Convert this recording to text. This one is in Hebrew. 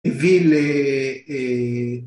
הביא ל...